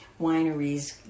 wineries